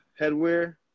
headwear